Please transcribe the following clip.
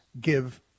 give